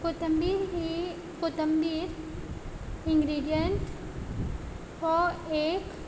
कोथंबीर ही कोथंबीर इन्ग्रिडियंट हो एक